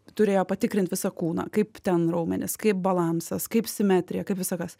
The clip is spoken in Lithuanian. turėjo patikrint visą kūną kaip ten raumenys kaip balansas kaip simetrija kaip visa kas